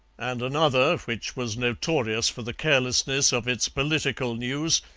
and another, which was notorious for the carelessness of its political news,